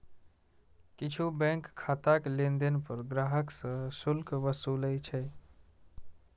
किछु बैंक खाताक लेनदेन पर ग्राहक सं शुल्क वसूलै छै